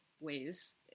ways